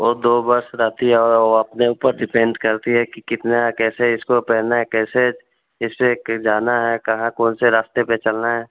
वो दो बस रहती है और वो अपने ऊपर डिपेंड करती है कि कितना कैसे इसको पहनना है कैसे इसे के जाना है कहाँ कौनसे रास्ते पे चलना है